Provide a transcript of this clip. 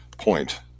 Point